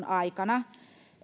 aikana